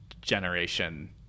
generation